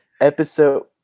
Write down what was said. Episode